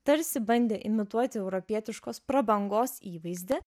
tarsi bandė imituoti europietiškos prabangos įvaizdį